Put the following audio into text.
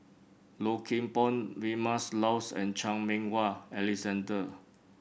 Low Kim Pong Vilma Laus and Chan Meng Wah Alexander